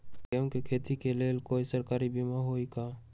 गेंहू के खेती के लेल कोइ सरकारी बीमा होईअ का?